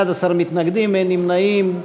11 מתנגדים, אין נמנעים.